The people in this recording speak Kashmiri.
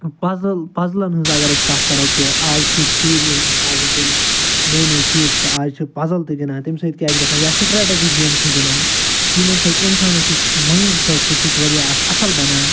پَزٕل پَزلَن ہٕنٛز اگر أسۍ کتھ کرو کہِ آز چھِ شُرۍ یِم آزٕکۍ یِم نٔے نٔے شُرۍ چھِ آز چھِ پَزٕل تہِ گِنٛدان تَمہِ سۭتۍ کیٛاہ چھِ گژھان یا سٕٹرٛیٹجی گیم چھِ گِنٛدان یِمن سۭتۍ اِنسانَس یُس مایِنٛڈ سٮ۪ٹ چھُ سُہ چھُ واریاہ اکھ اصٕل بَنان